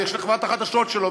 ושל חברת החדשות שלו,